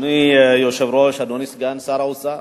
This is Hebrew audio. אדוני היושב-ראש, אדוני סגן שר האוצר,